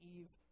Eve